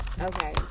okay